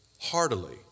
heartily